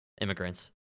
Immigrants